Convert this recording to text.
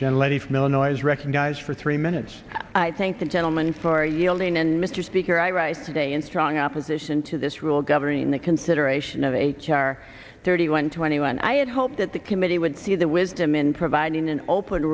gentle lady from illinois recognized for three minutes i thank the gentleman for yielding and mr speaker i rise today in strong opposition to this rule governing the consideration of h r thirty one twenty one i had hoped that the committee would see the wisdom in providing an open